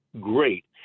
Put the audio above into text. great